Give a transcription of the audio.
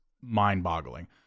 mind-boggling